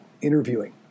interviewing